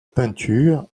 peinture